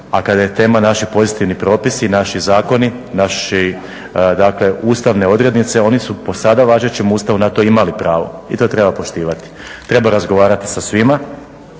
A kada je tema naši pozitivni propisi, i naši zakoni, naše ustavne odrednice oni su po sada važećem Ustavu na to imali pravo i to treba poštivati. Treba razgovarati sa svima,